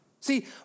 See